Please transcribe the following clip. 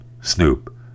Snoop